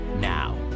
Now